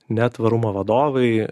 ne tvarumo vadovai